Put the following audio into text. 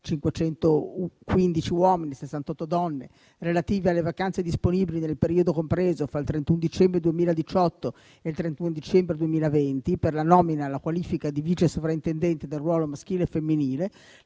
(515 uomini e 68 donne) relativi alle vacanze disponibili nel periodo compreso fra il 31 dicembre 2018 e il 31 dicembre 2020 per la nomina alla qualifica di vice sovrintendente del ruolo maschile e femminile,